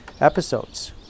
episodes